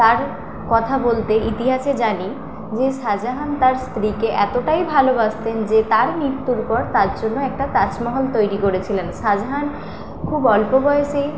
তার কথা বলতে ইতিহাসে জানি যে শাহ জাহান তার স্ত্রীকে এতটাই ভালোবাসতেন যে তার মৃত্যুর পর তার জন্য একটা তাজমহল তৈরি করেছিলেন শাহ জাহান খুব অল্প বয়সেই